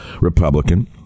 Republican